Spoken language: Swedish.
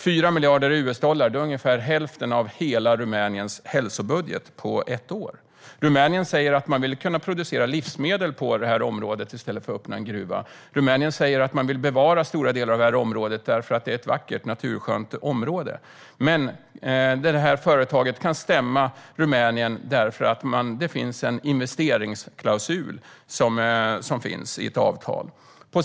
4 miljarder US-dollar är ungefär hälften av hela Rumäniens hälsobudget för ett år. Rumänien säger att man vill kunna producera livsmedel i det området i stället för att det ska öppnas en gruva där. Man vill bevara stora delar av området eftersom det är ett vackert och naturskönt område. Men bolaget kan stämma Rumänien eftersom det finns en investeringsklausul i ett avtal.